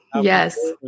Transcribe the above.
Yes